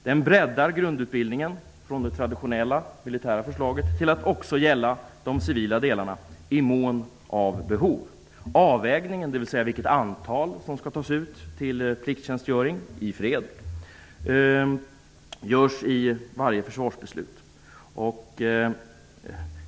Den breddar grundutbildningen för det traditionella militära försvaret till att också gälla de civila delarna i mån av behov. Avvägningen, dvs. vilket antal som skall tas ut till plikttjänstgöring i fred, görs i samband med varje försvarsbeslut.